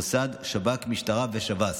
המוסד, שב"כ, משטרה ושב"ס.